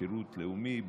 לשירות לאומי,